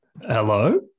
Hello